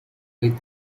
with